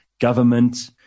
government